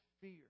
fear